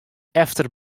efter